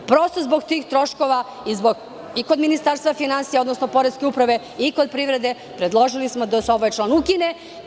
Prosto zbog tih troškova i kod Ministarstva finansija, odnosno poreske uprave i kod privrede predložili smo da se ovaj član ukine.